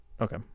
Okay